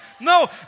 No